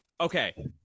okay